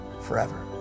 forever